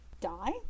die